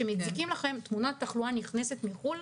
הם נותנים תמונת תחלואה נכנסת מחו"ל,